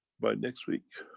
by next week,